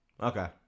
okay